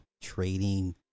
trading